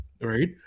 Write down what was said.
right